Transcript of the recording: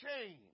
change